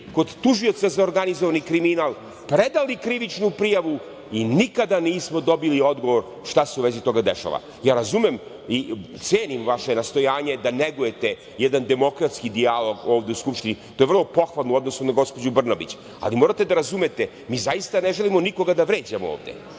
kod tužioca za organizovani kriminal, predali krivičnu prijavu i nikada nismo dobili odgovor šta se u vezi toga dešava. Razumem ja i cenim vaše nastojanje da negujete jedan demokratski dijalog ovde u Skupštini, to je vrlo pohvalno u odnosu na gospođu Brnabić, ali morate da razumete – mi zaista ne želimo nikoga da vređamo ovde.